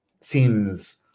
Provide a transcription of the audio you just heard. seems